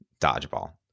dodgeball